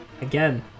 again